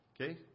Okay